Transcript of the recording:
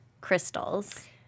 crystals